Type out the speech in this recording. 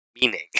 meaning